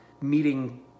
meeting